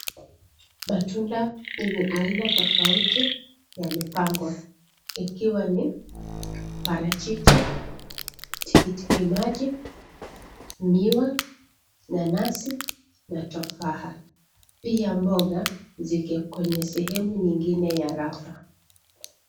Matanda Wenye aina tofouti yamepangwa ikiwa ni parachichi, tikitiki maji, miwa, nanasi na tofaha Pia Mboga ziko kwenye Sehemu nyingine ya rafu.